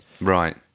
Right